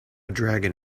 dragon